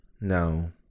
No